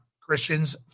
Christians